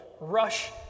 rush